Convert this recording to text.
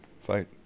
fight